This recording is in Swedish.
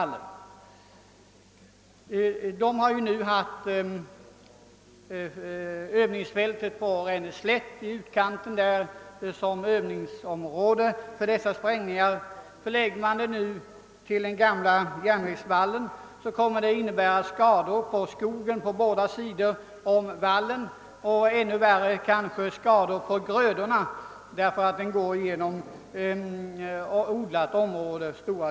Ing 2 har hittills använt utkanten av övningsfältet på Ränneslätt som övningsområde för dessa sprängningar. Förlägger man dem nu till den. gamla järnvägsvallen, kommer det att innebära skador på skogen på båda "sidor om denna och kanske — vilket är ännu värre — skador på grödorna, eftersom vallen till stor del går genom odlat område.